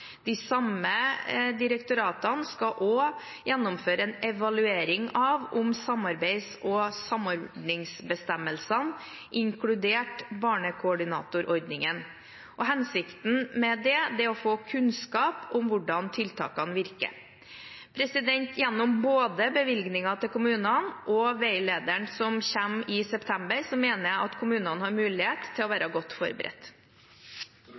gjennomføre en evaluering av samarbeids- og samordningsbestemmelsene, inkludert barnekoordinatorordningen. Hensikten med det er å få kunnskap om hvordan tiltakene virker. Gjennom både bevilgninger til kommunene og veilederen som kommer i september, mener jeg at kommunene har mulighet til å være godt forberedt.